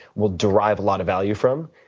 will derive a lot of value from.